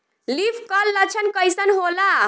Leaf curl लक्षण कइसन होला?